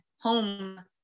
home